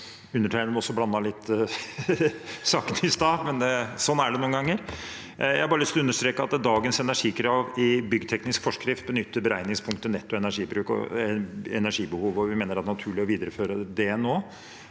Undertegnede blandet også litt saker i sted. Sånn er det noen ganger. Jeg har bare lyst til å understreke at dagens energikrav i byggteknisk forskrift benytter beregningspunktet netto energibruk og energibehov, og vi mener det er naturlig å videreføre det nå.